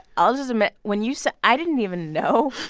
i'll just admit when you so i didn't even know